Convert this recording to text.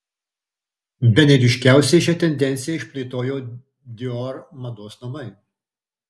bene ryškiausiai šią tendenciją išplėtojo dior mados namai